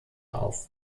auf